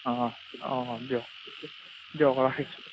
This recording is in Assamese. অঁ অঁ দিয়ক দিয়ক ৰাখিছোঁ